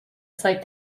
site